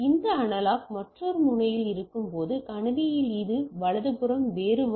இந்த அனலாக் மற்றொரு முனையில் இருக்கும்போது கணினியில் இது வலதுபுறம் வேறு வழி